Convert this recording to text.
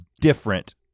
different